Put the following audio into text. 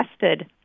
tested